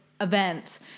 events